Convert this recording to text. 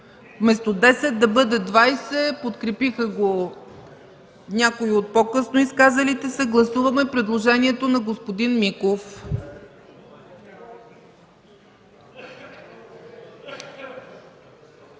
Вместо 10 да бъдат 20, подкрепиха го някои от по-късно изказалите се. Гласуваме предложението на господин Миков.